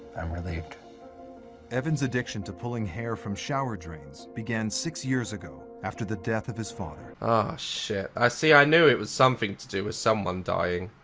i'm relieved evans addiction to pulling hair from shower drains began six years ago after the death of his father ah shit i see i knew it was something to do with someone dying.